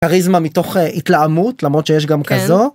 כריזמה מתוך התלהמות למרות שיש גם כזו.